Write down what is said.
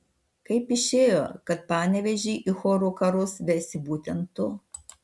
kaip išėjo kad panevėžį į chorų karus vesi būtent tu